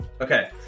Okay